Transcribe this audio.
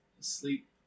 Sleep